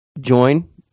join